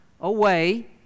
away